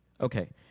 Okay